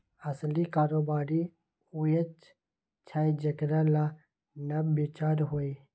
असली कारोबारी उएह छै जेकरा लग नब विचार होए